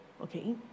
Okay